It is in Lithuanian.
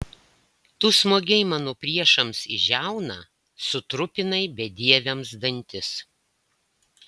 tu smogei mano priešams į žiauną sutrupinai bedieviams dantis